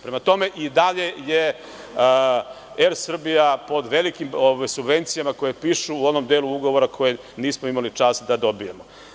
Prema tome, i dalje je „Er Srbija“ pod velikim subvencijama koje pišu u onom delu ugovora koji nismo imali čast da dobijemo.